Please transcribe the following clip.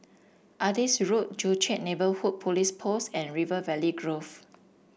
Adis Road Joo Chiat Neighbourhood Police Post and River Valley Grove